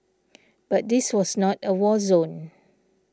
but this was not a war zone